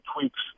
tweaks